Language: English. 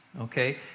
okay